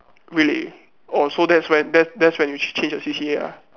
really orh so that's when that's that's when you change change your C_C_A ah